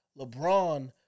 LeBron